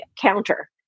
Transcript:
counter